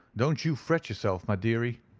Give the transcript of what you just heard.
don't you fret yourself, my dearie,